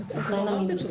לכן אני בזום.